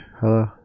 Hello